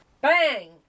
bang